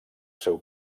seu